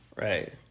Right